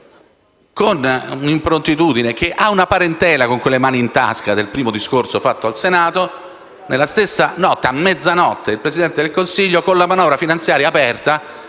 con un'improntitudine - che ha una parentela con quelle mani in tasca del primo discorso fatto al Senato - la stessa notte, a mezzanotte, il Presidente del Consiglio, con la manovra finanziaria aperta,